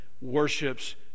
worships